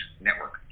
network